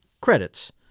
credits